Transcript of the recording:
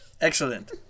excellent